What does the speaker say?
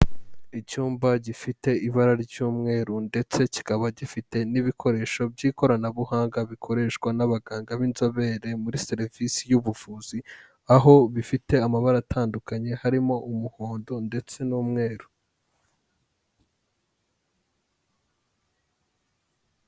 Icyumba gifite ibara ry'umweru ndetse kikaba gifite n'ibikoresho by'ikoranabuhanga bikoreshwa n'abaganga b'inzobere muri serivisi y'ubuvuzi, aho bifite amabara atandukanye harimo umuhondo ndetse n'umweru.